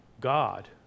God